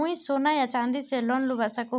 मुई सोना या चाँदी से लोन लुबा सकोहो ही?